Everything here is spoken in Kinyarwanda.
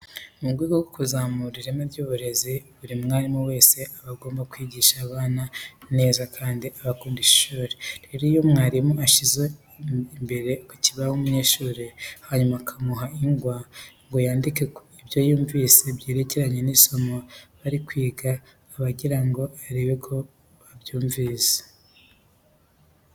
Mu rwego rwo kuzamura ireme ry'uburezi, buri mwarimu wese aba agomba kwigisha abana neza kandi akabakundisha ishuri. Rero iyo umwarimu ashyize imbere ku kibaho umunyeshuri, hanyuma akamuha ingwa ngo yandike ibyo yumvise byerekeranye n'isomo bari bari kwiga, aba agira ngo arebe ko babyumvise.